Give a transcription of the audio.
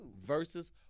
versus